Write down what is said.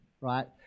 right